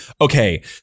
Okay